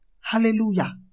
Hallelujah